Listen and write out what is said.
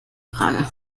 frage